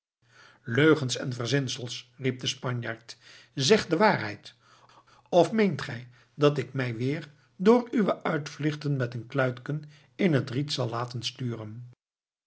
leugens en verzinsels riep de spanjaard zeg de waarheid of meent gij dat ik mij weer door uwe uitvluchten met een kluitken in het riet zal laten sturen